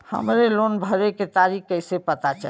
हमरे लोन भरे के तारीख कईसे पता चली?